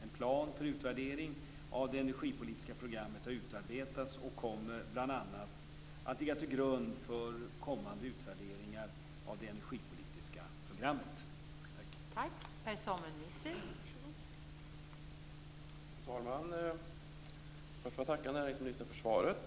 En plan för utvärdering av det energipolitiska programmet har utarbetats och kommer bl.a. att ligga till grund för kommande utvärderingar av det energipolitiska programmet. Tack!